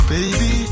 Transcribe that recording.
Baby